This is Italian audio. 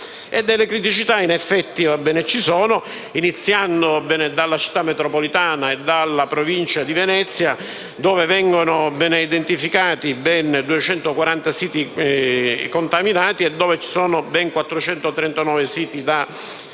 delle criticità ci sono, iniziando dalla Città metropolitana e dalla Provincia di Venezia, dove vengono identificati ben 240 siti contaminati e dove ci sono ben 439 siti da bonificare.